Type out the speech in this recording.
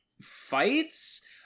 fights